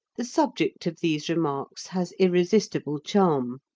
the subject of these remarks has irresistible charm.